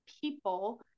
people